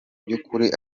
by’ukuri